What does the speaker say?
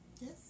Yes